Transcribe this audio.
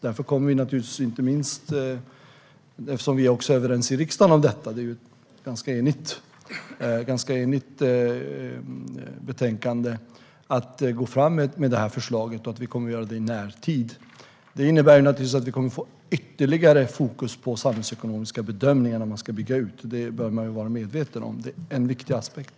Därför kommer vi - inte minst då vi är överens i riksdagen om detta; vi är ganska eniga i betänkandet - att gå fram med det här förslaget, och vi kommer att göra det i närtid. Det innebär att vi kommer att få ytterligare fokus på samhällsekonomiska bedömningar när det ska byggas ut. Det bör man vara medveten om. Det är en viktig aspekt.